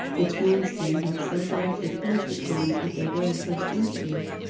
which manston had so directly pounced upon at their very first interview,